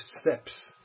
steps